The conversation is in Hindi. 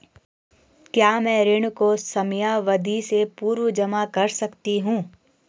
क्या मैं ऋण को समयावधि से पूर्व जमा कर सकती हूँ?